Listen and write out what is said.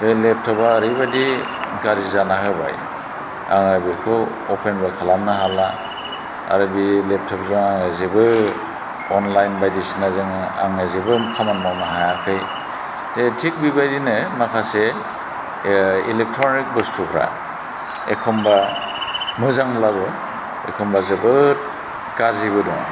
बे लेपटपआ ओरैबायदि गाज्रि जानानै होबाय आङो बेखौ अपेनबो खालामनो हाला आरो बे लेपटपजों आङो जेबो अनलाइन बायदिसिन आङो जेबो खामानि मावनो हायाखै दा थिग बेबायदिनो माखासे इलेकट्र'निक बुस्तुफोरा एखनबा मोजांब्लाबो एखनबा जोबोद गाज्रिबो दङ